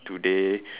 do they